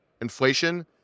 inflation